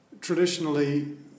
traditionally